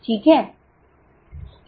ठीक है